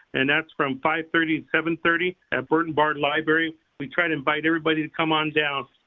and that's from five thirty to seven thirty, at burton barr library. we try to invite everybody to come on down.